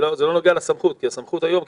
זה לא נוגע לסמכות, כי הסמכות היום קיימת.